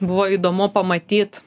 buvo įdomu pamatyt